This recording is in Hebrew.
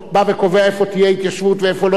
תהיה התיישבות ואיפה לא תהיה התיישבות,